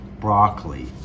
broccoli